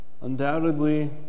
undoubtedly